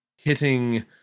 hitting